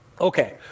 Okay